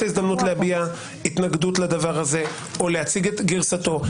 ההזדמנות להביע התנגדות לדבר הזה או להציג את גרסתו,